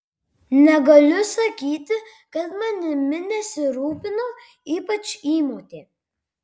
negaliu sakyti kad manimi nesirūpino ypač įmotė